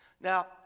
Now